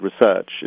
research